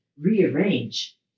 rearrange